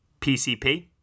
PCP